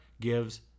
gives